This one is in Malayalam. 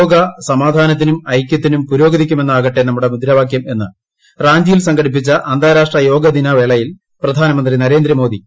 യോഗ സമാധാനത്തിനും ഐകൃത്തിനും പുരോഗതിക്കുമെന്നാകട്ടെ നമ്മുടെ മുദ്രാവാക്യം എന്ന് റാഞ്ചിയിൽ സംഘടിപ്പിച്ച അന്താരാഷ്ട്ര യോഗാദിന വേളയിൽ പ്രധാനമന്ത്രി നരേന്ദ്രമോദി